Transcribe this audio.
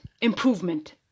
improvement